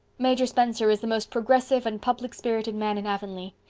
major spencer is the most progressive and public-spirited man in avonlea.